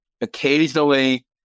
occasionally